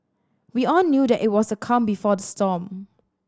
we all knew that it was a calm before the storm